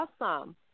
awesome